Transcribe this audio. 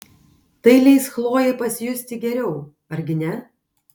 tai leis chlojei pasijusti geriau argi ne